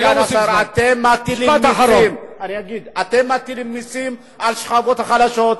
אדוני, אתם מטילים מסים על השכבות החלשות.